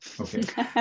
Okay